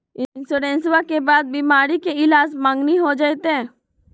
इंसोरेंसबा के बाद बीमारी के ईलाज मांगनी हो जयते?